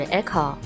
Echo